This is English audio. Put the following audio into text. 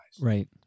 Right